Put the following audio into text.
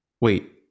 Wait